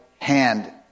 hand